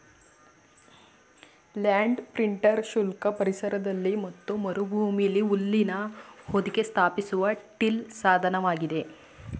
land printer ಶುಷ್ಕ ಪರಿಸರದಲ್ಲಿ ಮತ್ತು ಮರುಭೂಮಿಲಿ ಹುಲ್ಲಿನ ಹೊದಿಕೆ ಸ್ಥಾಪಿಸುವ ಟಿಲ್ ಸಾಧನವಾಗಿದೆ